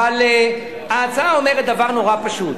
אבל ההצעה אומרת דבר נורא פשוט: